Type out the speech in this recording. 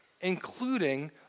including